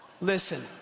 Listen